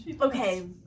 Okay